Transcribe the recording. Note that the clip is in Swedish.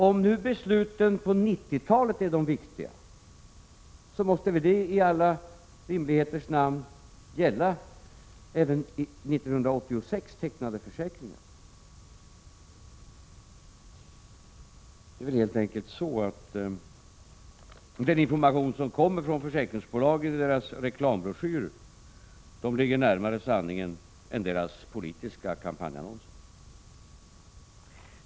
Om besluten på 1990-talet är det viktiga, måste väl det i alla rimligheters namn gälla även för år 1986 tecknade försäkringar. Det är väl helt enkelt så att den information som kommer från försäkringsbolagen i deras reklambroschyrer ligger närmare sanningen än deras politiska kampanjannonser.